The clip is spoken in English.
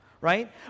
right